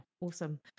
awesome